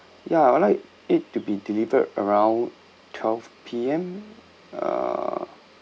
ya I would like it to be delivered around twelve P_M uh